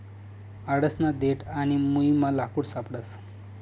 आडसना देठ आणि मुयमा लाकूड सापडस